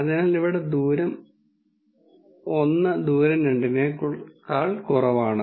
അതിനാൽ ഇവിടെ ദൂരം 1 ദൂരം 2 നേക്കാൾ കുറവാണ്